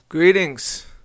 Greetings